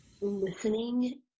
listening